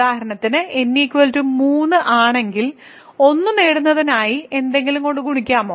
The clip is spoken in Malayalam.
ഉദാഹരണത്തിന് n3 ആണെങ്കിൽ 1 നേടുന്നതിനായി എന്തെങ്കിലും കൊണ്ട് ഗുണിക്കാമോ